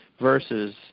versus